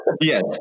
Yes